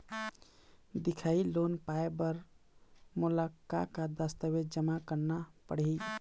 दिखाही लोन पाए बर मोला का का दस्तावेज जमा करना पड़ही?